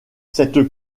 cette